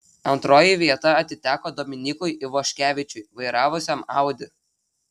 antroji vieta atiteko dominykui ivoškevičiui vairavusiam audi